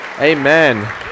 Amen